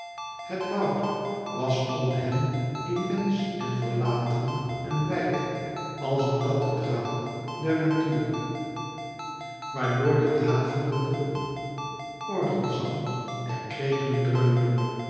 het woud was om hen immens en verlaten en wijd als een kathedraal der natuur waardoor de daverende orgelzang der krekelen dreunde